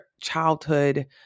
childhood